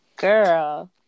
Girl